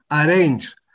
arrange